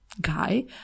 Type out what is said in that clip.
guy